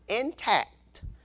intact